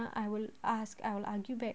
I will ask I will argue back